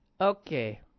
okay